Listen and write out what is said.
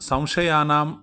संशयानाम्